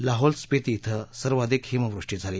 लाहौल स्पिती बें सर्वाधिक हिमवृष्टी झाली